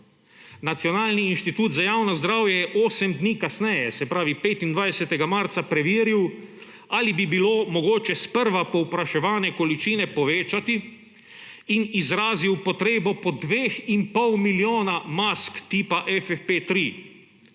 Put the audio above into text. Nacionalni inštitut za javno zdravje je 8 dni kasneje, se pravi 25. marca, preveril, ali bi bilo mogoče sprva povpraševane količine povečati, in izrazil potrebo po dveh in pol milijona mask tipa FFP3.